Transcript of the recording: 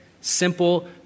simple